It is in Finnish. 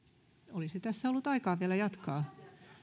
olisi tässä ollut aikaa vielä jatkaa